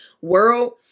world